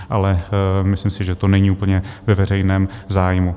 Ale myslím si, že to není úplně ve veřejném zájmu.